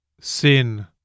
Sin